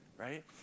Right